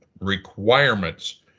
requirements